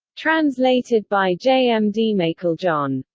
translated by j. m. d. meiklejohn.